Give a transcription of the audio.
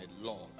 Lord